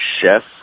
Chef